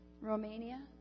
Romania